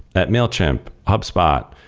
that mailchimp, hubspot,